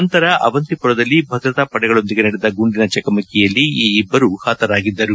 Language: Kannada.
ನಂತರ ಅವಂತಿಪೊರದಲ್ಲಿ ಭದ್ರತಾ ಪಡೆಗಳೊಂದಿಗೆ ನಡೆದ ಗುಂಡಿನ ಚಕಮಕಿಯಲ್ಲಿ ಈ ಇಬ್ಬರು ಹತರಾಗಿದ್ದರು